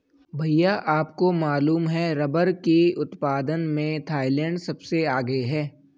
भैया आपको मालूम है रब्बर के उत्पादन में थाईलैंड सबसे आगे हैं